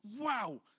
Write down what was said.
Wow